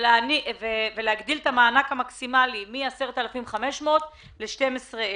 ולהגדיל את המענק המקסימלי מ-10,500 ל-12,000.